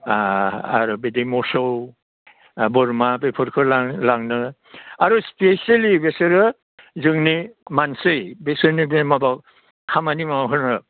आरो बिदि मोसौ बोरमा बेफोरखौ लांनो आरो स्पेसियेलि बिसोरो जोंनि मानसि बिसोरनि बे माबा खामानि मावहोनो